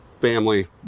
family